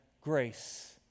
grace